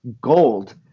gold